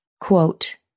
quote